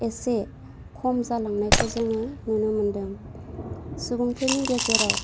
इसे खम जालांनायखौ जोङो नुनो मोनदों सुबुंफोरनि गेजेराव